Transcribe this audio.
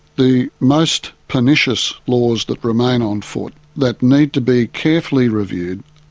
the most pernicious laws that remain on foot that need to be carefully reviewed